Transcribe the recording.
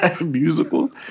Musicals